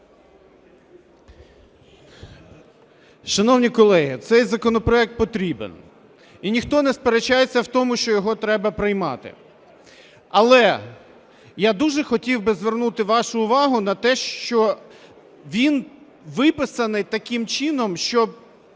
Шановні колеги, цей законопроект потрібен, і ніхто не сперечається в тому, що його треба приймати. Але я дуже хотів би звернути вашу увагу на те, що він виписаний таким чином, що,